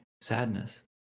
sadness